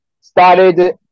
started